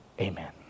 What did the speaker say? Amen